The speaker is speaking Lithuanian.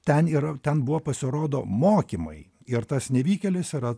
ten yra ten buvo pasirodo mokymai ir tas nevykėlis yra